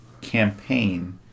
campaign